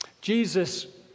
Jesus